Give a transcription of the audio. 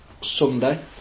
Sunday